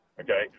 Okay